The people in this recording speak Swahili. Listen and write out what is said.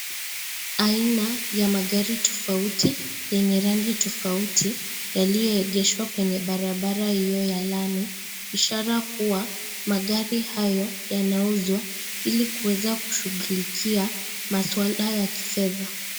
Aina ya magari tofauti yenye rangi tofauti, yaliyoegeshwa kwenye barabara iyo ya lami, ishara kuwa magari hayo yanauzwa ili kuweza kushughulikia maswala ya kifedha.